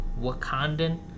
Wakandan